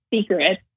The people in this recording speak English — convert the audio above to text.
secret